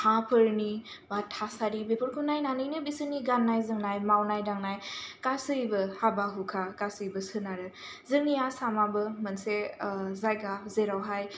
हा फोरनि बा थासारि बेफोरखौ नायनानैनो बेसोरनि गाननाय जोमनाय मावनाय दांनाय गासैबो हाबा हुखा गासैबो सोनारो जोंनि आसामाबो मोनसे जायगा जेरावहाय